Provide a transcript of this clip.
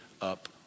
up